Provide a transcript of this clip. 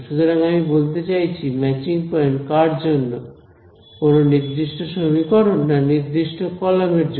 অর্থাৎ আমি বলতে চাইছি ম্যাচিং পয়েন্ট কার জন্য কোন নির্দিষ্ট সমীকরণ না নির্দিষ্ট কলাম এর জন্য